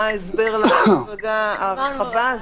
מה ההסבר להחרגה הרחבה הזאת?